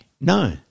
No